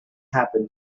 happened